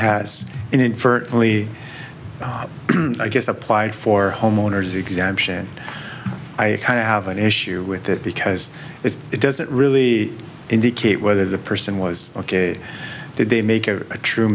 has inadvertently i guess applied for homeowners exemption and i kind of have an issue with that because it's it doesn't really indicate whether the person was ok did they make it a true